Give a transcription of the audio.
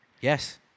Yes